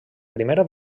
primera